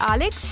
Alex